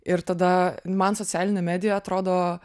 ir tada man socialinė medija atrodo